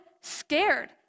scared